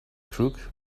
crook